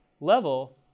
level